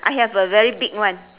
I have a very big one